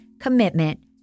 commitment